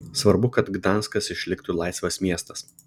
svarbu kad gdanskas išliktų laisvas miestas